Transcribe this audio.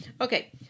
Okay